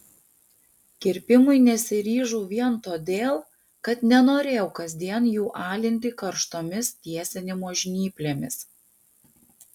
kirpimui nesiryžau vien todėl kad nenorėjau kasdien jų alinti karštomis tiesinimo žnyplėmis